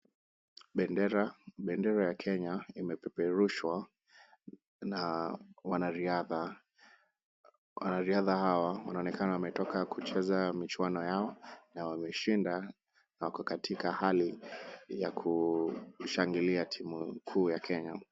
Bendera ya Kenya imepeperushwa na wanariadha. Wanariadha hawa wanaonekana wametoka kucheza michwano yao na wameshinda na wako katika hali ya kushangilia timu kuu ya Kenya.